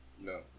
No